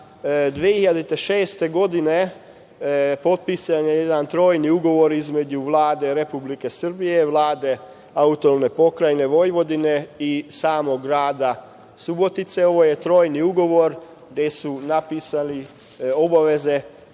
2006. godine potpisan jedan trojni ugovor između Vlade Republike Srbije, Vlade AP Vojvodine i samog Grada Subotice. Ovo je trojni ugovor gde su napisali obaveze